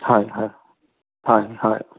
হয় হয় হয় হয়